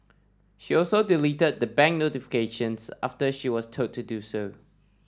she also deleted the bank notifications after she was told to do so